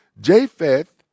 Japheth